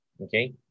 okay